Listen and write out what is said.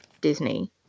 Disney